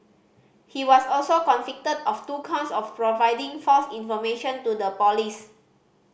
he was also convicted of two counts of providing false information to the police